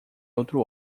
outro